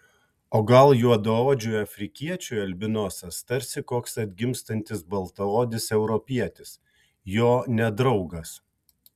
o gal juodaodžiui afrikiečiui albinosas tarsi koks atgimstantis baltaodis europietis jo nedraugas